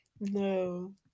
no